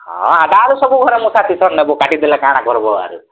ହଁ ତା'ର ସବୁ ଘରେ ମୂଷା କିଶନ ନବୁ କାଟି ଦେଲା କାଣା କର୍ବ ଆରୁ